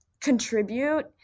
contribute